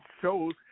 shows